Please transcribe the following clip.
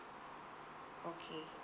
okay